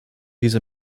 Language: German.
diese